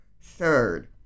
third